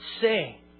say